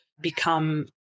become